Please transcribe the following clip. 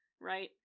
right